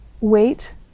wait